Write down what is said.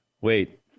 Wait